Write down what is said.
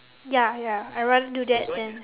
ya ya I rather do that than